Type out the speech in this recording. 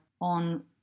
on